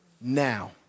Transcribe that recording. now